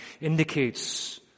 indicates